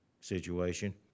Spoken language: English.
situation